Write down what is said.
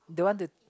don't want to